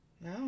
No